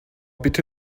bitte